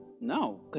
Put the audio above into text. No